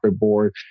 board